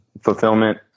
fulfillment